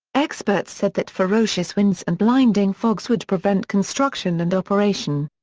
experts said that ferocious winds and blinding fogs would prevent construction and operation.